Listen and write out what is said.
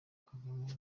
kagame